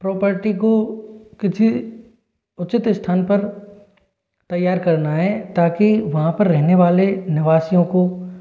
उस प्रॉपर्टी को किसी उचित स्थान पर तैयार करना है ताकि वहाँ पर रहने वाले निवासियों को